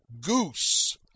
goose